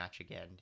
again